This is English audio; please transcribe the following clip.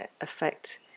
affect